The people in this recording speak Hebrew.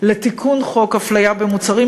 לתיקון חוק הפליה במוצרים,